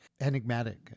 enigmatic